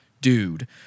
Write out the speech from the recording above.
dude